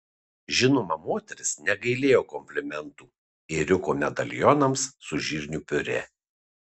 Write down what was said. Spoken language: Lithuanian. žinoma moteris negailėjo komplimentų ėriuko medalionams su žirnių piurė